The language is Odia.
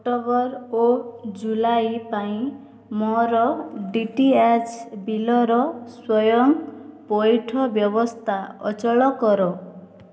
ଅକ୍ଟୋବର ଓ ଜୁଲାଇ ପାଇଁ ମୋର ଡି ଟି ଏଚ୍ ବିଲ୍ର ସ୍ଵୟଂ ପଇଠ ବ୍ୟବସ୍ଥା ଅଚଳ କର